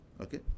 Okay